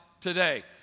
today